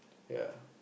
ya